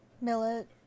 Millet